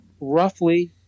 roughly